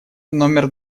номер